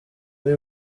ari